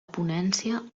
ponència